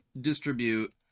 distribute